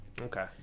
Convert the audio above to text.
okay